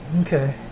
Okay